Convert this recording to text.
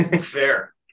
fair